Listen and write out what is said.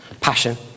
passion